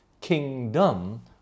Kingdom